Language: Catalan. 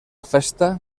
festa